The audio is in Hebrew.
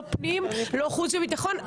לא פנים ולא חוץ וביטחון.